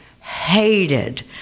hated